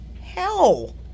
hell